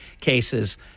cases